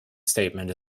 statement